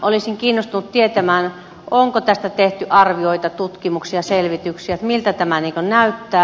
olisin kiinnostunut tietämään onko tästä tehty arvioita tutkimuksia selvityksiä miltä tämä näyttää